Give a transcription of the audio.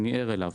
אני ער לזה.